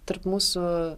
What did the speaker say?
tarp mūsų